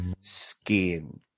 skin